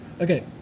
Okay